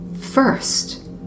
First